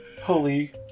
Holy